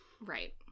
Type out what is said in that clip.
Right